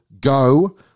go